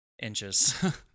inches